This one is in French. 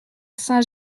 saint